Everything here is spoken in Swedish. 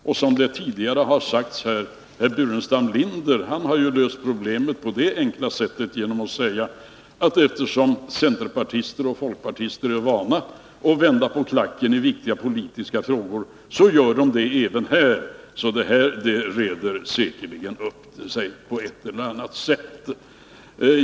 Och som det här tidigare har sagts: herr Burenstam Linder har ju löst problemet på ett enkelt sätt genom att säga att eftesom centerpartister och folkpartister är vana att vända på klacken i viktiga politiska frågor så gör de det även här — så detta reder säkerligen upp sig på ett eller annat sätt.